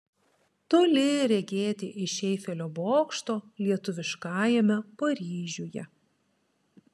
toli regėti iš eifelio bokšto lietuviškajame paryžiuje